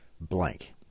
blank